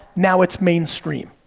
now it's mainstream,